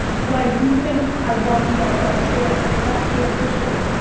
but i do think i want you guys to understand, if that's the ambition,